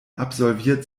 absolviert